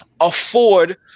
afford